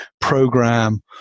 program